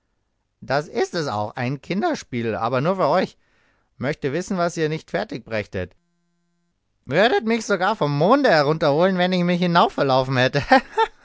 das ist es auch kinderspiel aber nur für euch möchte wissen was ihr nicht fertig brächtet würdet mich sogar vom monde herunterholen wenn ich mich hinauf verlaufen hätte